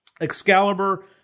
Excalibur